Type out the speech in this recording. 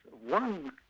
one